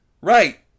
right